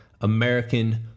American